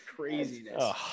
Craziness